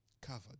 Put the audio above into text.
covered